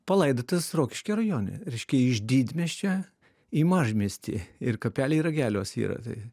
palaidotas rokiškio rajone reiškia iš didmiesčio į mažmiestį ir kapeliai rageliuos yra tai